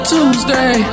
Tuesday